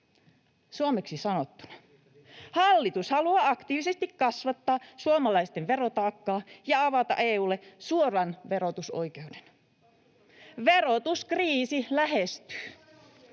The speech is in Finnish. Suomeksi sanottuna hallitus haluaa aktiivisesti kasvattaa suomalaisten verotaakkaa ja avata EU:lle suoran verotusoikeuden. Verotuskriisi lähestyy.